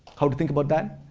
how to think about that?